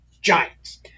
giants